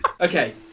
okay